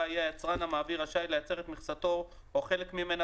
יהיה היצרן המעביר רשאי לייצר את מכסתו או חלק ממנה